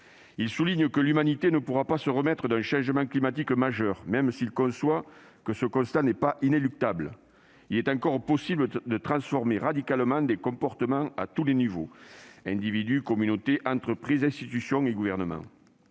également que l'humanité ne pourra se remettre d'un changement climatique majeur, même si ce constat n'est pas inéluctable. Il est encore possible de transformer radicalement les comportements à tous les niveaux : individus, communautés, entreprises, institutions et gouvernements.